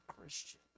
Christian